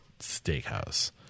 Steakhouse